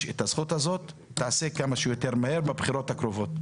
את הזכות הזאת תעשה כמה שיותר מהר בבחירות הקרובות.